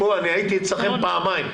הייתי אצלכם פעמיים.